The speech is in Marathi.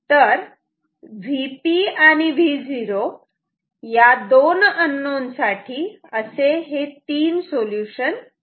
तर Vp आणि Vo या दोन अननोन साठी असे हे तीन सोल्युशन आहेत